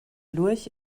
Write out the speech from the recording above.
lurch